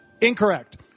Incorrect